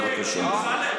בבקשה.